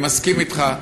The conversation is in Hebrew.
אני מסכים אתך.